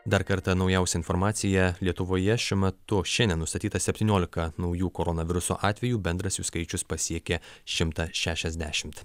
dar kartą naujausia informacija lietuvoje šiuo metu šiandien nustatyta septyniolika naujų koronaviruso atvejų bendras jų skaičius pasiekė šimtą šešiasdešimt